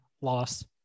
loss